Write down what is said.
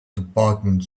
department